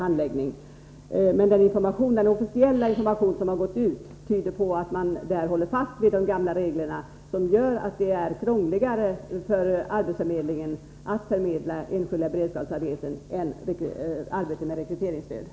Men den officiella information som gått ut tyder på att man håller fast vid de gamla reglerna, som gör att det är krångligare för arbetsförmedlingen att förmedla enskilda beredskapsarbeten än arbete med rekryteringsstöd.